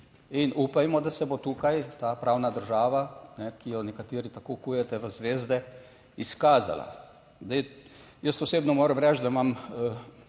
In upajmo, da se bo tukaj ta pravna država, ki jo nekateri tako kujete v zvezde, izkazala. Jaz osebno moram reči, da imam